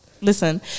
listen